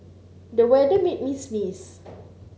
the weather made me sneeze